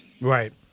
Right